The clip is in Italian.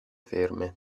ferme